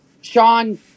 Sean